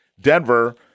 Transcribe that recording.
Denver